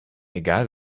egal